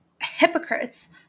Hypocrites